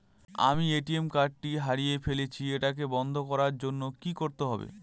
আমি ATM card টি হারিয়ে ফেলেছি এটাকে বন্ধ করার জন্য কি করতে হবে?